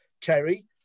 Kerry